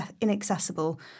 inaccessible